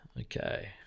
okay